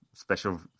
special